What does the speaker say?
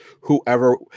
whoever